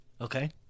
Okay